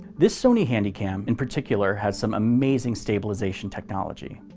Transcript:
this sony handycam in particular has some amazing stabilization technology.